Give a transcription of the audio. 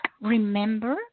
Remember